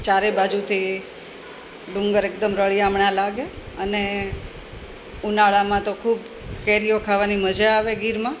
ચારે બાજુથી ડુંગર એકદમ રણિયામણા લાગે અને ઉનાળામાં તો ખૂબ કેરીઓ ખાવાની મજા આવે ગીરમાં